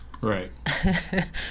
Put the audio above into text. Right